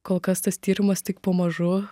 kol kas tas tyrimas tik pamažu